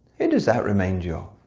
who does that remind you